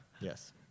Yes